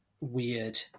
weird